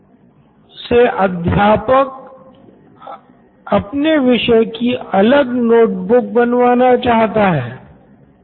Siddharth Maturi CEO Knoin electronics तो ये सिर्फ इसलिए है की हर अध्यापक छात्र से अपने विषय की अलग नोट बुक बनवाना चाहता है जिससे वो उसे सत्यापित कर सके